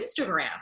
Instagram